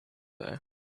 there